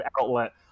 outlet